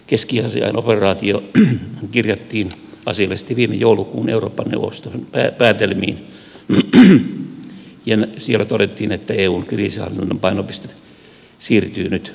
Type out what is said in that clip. keski afrikan operaatio kirjattiin asiallisesti viime joulukuun eurooppa neuvoston päätelmiin ja siellä todettiin että eun kriisinhallinnan painopiste siirtyy nyt afrikkaan